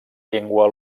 llengua